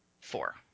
four